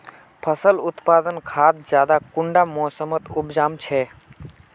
फसल उत्पादन खाद ज्यादा कुंडा मोसमोत उपजाम छै?